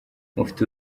mufite